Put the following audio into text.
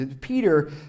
Peter